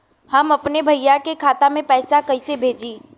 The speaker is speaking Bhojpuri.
हम अपने भईया के खाता में पैसा कईसे भेजी?